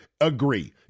agree